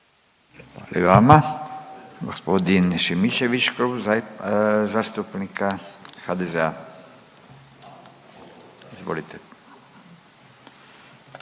Hvala vam